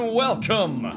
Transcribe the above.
welcome